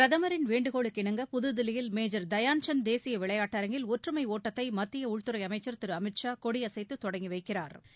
பிரதமரின் வேண்டுகோளுக்கு இணங்க புதுதில்லியில் மேஜர் தயானந்த் தேசிய விளையாட்டரங்கில் ஒற்றுமை ஒட்டத்தை மத்திய உள்துறை அமைச்சா் திரு அமித் ஷா கொடியசைத்து தொடங்கி வைக்கிறா்